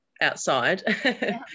outside